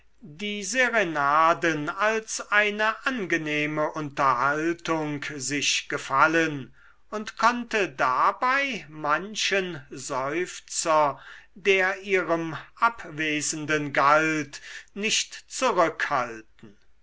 die serenaden als eine angenehme unterhaltung sich gefallen und konnte dabei manchen seufzer der ihrem abwesenden galt nicht zurückhalten